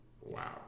Wow